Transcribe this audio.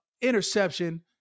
Interception